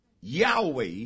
Yahweh